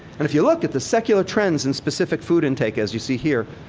and if you look at the secular trends in specific food intake, as you see here,